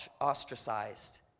ostracized